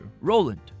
Roland